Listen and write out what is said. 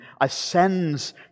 ascends